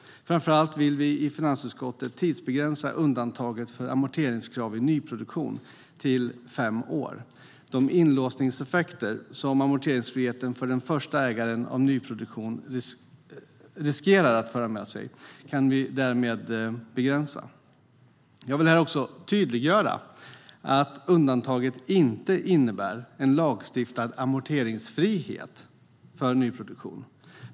Framför allt vill finansutskottet tidsbegränsa undantaget för amorteringskrav i nyproduktion till fem år. De inlåsningseffekter som amorteringsfriheten för den första ägaren av nyproduktion riskerar att föra med sig kan vi därmed begränsa. Jag vill här också tydliggöra att undantaget inte innebär en lagstiftad amorteringsfrihet för nyproduktion.